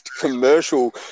commercial